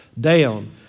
down